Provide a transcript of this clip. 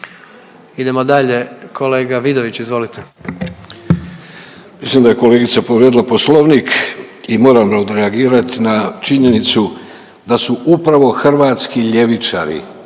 (Socijaldemokrati)** Mislim da je kolegica povrijedila poslovnik i moram odreagirat na činjenicu da su upravo hrvatski ljevičari